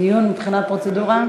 דיון מבחינת פרוצדורה?